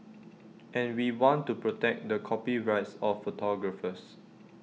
and we want to protect the copyrights of photographers